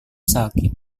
sakit